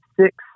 six